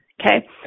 Okay